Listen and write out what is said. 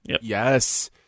Yes